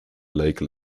lake